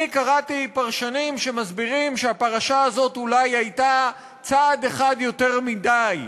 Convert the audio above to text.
אני קראתי פרשנים שמסבירים שהפרשה הזו אולי הייתה צעד אחד יותר מדי,